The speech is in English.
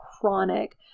chronic